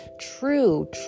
true